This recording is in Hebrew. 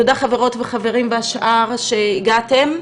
תודה חברות וחברים והשאר שהגעתם.